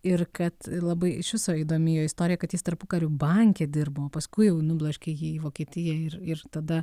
ir kad labai iš viso įdomi jo istorija kad jis tarpukariu banke dirbo o paskui jau nubloškė jį į vokietiją ir ir tada